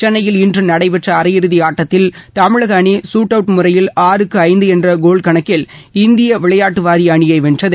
சென்னையில் இன்று நடைபெற்ற அரை இறுதி ஆட்ட்ததில் தமிழக அணி சூட் அவுட் முறையில் ஆறுக்கு ஐந்து என்ற கோல் கணக்கில் இந்திய விளையாட்டு வாரிய அணியை வென்றது